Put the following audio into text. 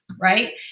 Right